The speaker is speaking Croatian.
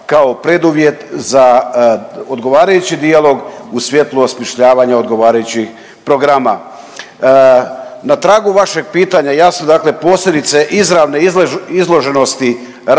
kao preduvjet za odgovarajući dijalog u svjetlu osmišljavanja odgovarajućih programa. Na tragu vašeg pitanja, jasno dakle posljedice izravne izloženosti ratnoj